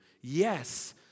Yes